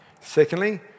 Secondly